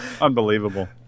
Unbelievable